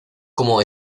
como